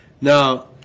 Now